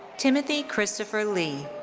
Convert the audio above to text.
timothy christopher lee.